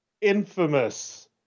infamous